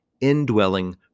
indwelling